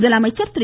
முதலமைச்சர் திரு